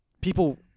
People